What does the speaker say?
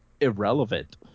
irrelevant